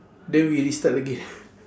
then we restart again